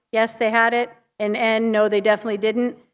yes, they had it. an n, no, they definitely didn't.